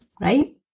Right